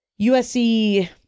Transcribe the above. USC